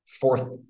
fourth